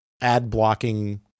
ad-blocking